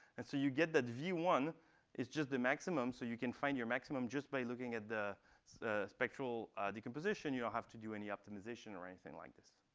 and so you get that v one is just the maximum. so you can find your maximum just by looking at the spectral decomposition. you don't have to do any optimization or anything like this.